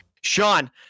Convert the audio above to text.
Sean